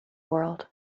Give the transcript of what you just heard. world